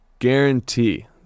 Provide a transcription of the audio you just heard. guarantee